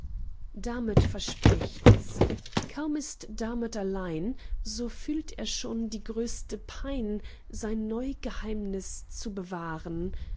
damöt versprichts kaum ist damöt allein so fühlt er schon die größte pein sein neu geheimnis zu bewahren